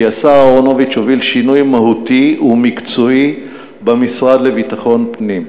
כי השר אהרונוביץ הוביל שינוי מהותי ומקצועי במשרד לביטחון פנים,